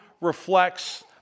reflects